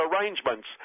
arrangements